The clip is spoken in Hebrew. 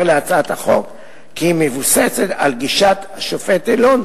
להצעת החוק כי היא מבוססת על גישת השופט אלון,